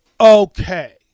okay